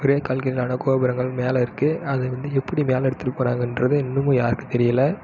ஒரே கற்களான கோபுரங்கள் மேலே இருக்கு அது வந்து எப்படி மேலே எடுத்துட்டு போனாங்ன்றது இன்னும் யாருக்கும் தெரியலை